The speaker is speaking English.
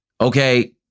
Okay